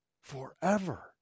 forever